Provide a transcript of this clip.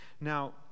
Now